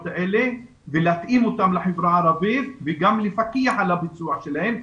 האלה ולהתאים אותם לחברה הערבית וגם לפקח על הביצוע שלהן.